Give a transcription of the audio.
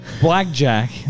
blackjack